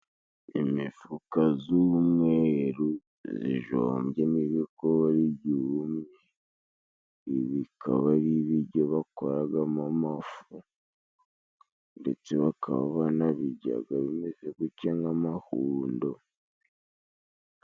Imifuka z'umweru zijombyemo ibigori byumye, ibi bikaba ari ibyo bakoragamo amafu, ndetse bakaba banabijyaga bimeze gutya nk'amahundo.